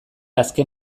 azken